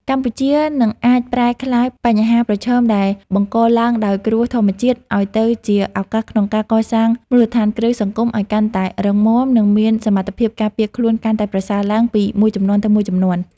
កម្ពុជានឹងអាចប្រែក្លាយបញ្ហាប្រឈមដែលបង្កឡើងដោយគ្រោះធម្មជាតិ ឱ្យទៅជាឱកាសក្នុងការកសាងមូលដ្ឋានគ្រឹះសង្គមឱ្យកាន់តែរឹងមាំ និងមានសមត្ថភាពការពារខ្លួនកាន់តែប្រសើរឡើងពីមួយជំនាន់ទៅមួយជំនាន់។